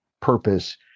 purpose